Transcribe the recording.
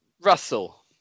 Russell